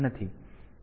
તેથી આ T 0 અને T 1 છે